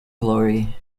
glory